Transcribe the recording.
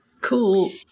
Cool